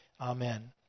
Amen